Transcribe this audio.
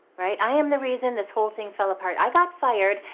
right? i am the reason this whole thing fell apart. i got fired,